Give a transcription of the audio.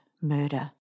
murder